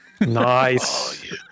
Nice